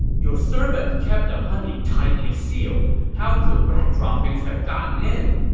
your servant kept the honey tightly sealed. how could rat droppings have gotten in?